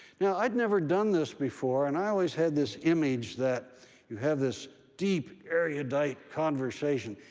now, i'd never done this before, and i always had this image that you have this deep erudite conversation.